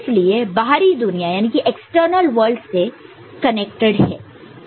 इसलिए बाहरी दुनिया एक्सटर्नल वर्ल्ड external world से कनेक्टड है